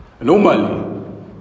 normally